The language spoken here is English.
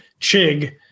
Chig